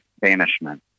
banishment